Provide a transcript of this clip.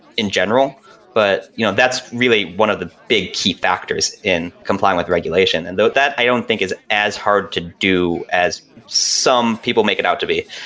in general but you know that's really one of the big key factors in complying with regulation. and though that, i don't think is as hard to do as some people make it out to be.